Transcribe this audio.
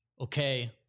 okay